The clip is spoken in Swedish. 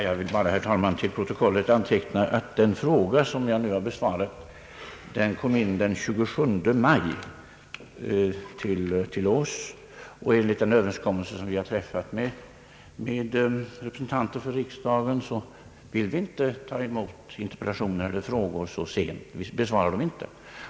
Herr talman! Jag vill bara till protokollet anteckna, att den fråga som jag nu har besvarat framställdes den 27 maj. Enligt en överenskommelse, som vi har träffat med representanter för riksdagen, vill vi inte ta emot interpellationer eller frågor så sent. Vi besvarar dem inte.